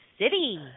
City